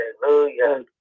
Hallelujah